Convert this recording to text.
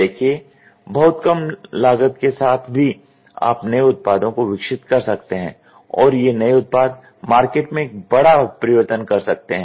देखिये बहुत कम लागत के साथ भी आप नये उत्पादों को विकसित कर सकते हैं और ये नये उत्पाद मार्केट में एक बड़ा परिवर्तन कर सकते हैं